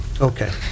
Okay